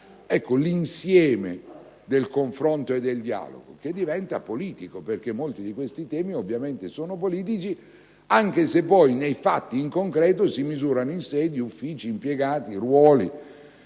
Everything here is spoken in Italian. Ecco, l'insieme del confronto e del dialogo, che diventa politico perché molti di questi temi ovviamente sono politici, sebbene nei fatti e nel concreto si misurino in sedi, uffici, impiegati, ruoli,